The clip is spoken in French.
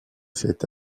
cet